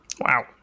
Wow